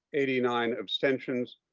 eighty nine abstentions.